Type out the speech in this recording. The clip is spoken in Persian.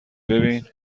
ببین